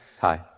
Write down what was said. Hi